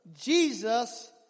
Jesus